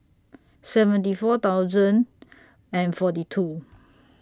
seventy four thousand and forty two